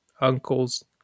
uncles